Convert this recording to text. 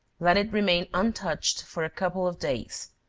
let it remain untouched for a couple of days,